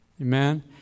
Amen